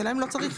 השאלה אם לא צריך